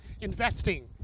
investing